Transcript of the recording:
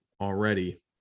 already